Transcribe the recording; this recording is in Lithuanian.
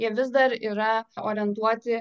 jie vis dar yra orientuoti